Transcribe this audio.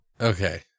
Okay